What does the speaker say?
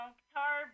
guitar